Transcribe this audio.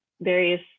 various